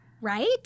Right